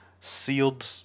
sealed